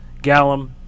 Gallum